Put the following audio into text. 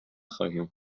خواهیم